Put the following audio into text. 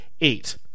eight